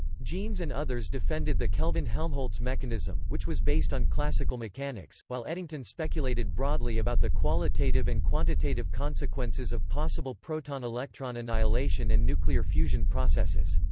jeans and others defended the kelvin-helmholtz mechanism, which was based on classical mechanics, while eddington speculated broadly about the qualitative and quantitative consequences of possible proton-electron annihilation and nuclear fusion processes.